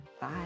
Bye